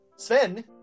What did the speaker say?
Sven